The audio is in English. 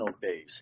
base